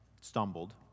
stumbled